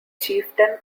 chieftain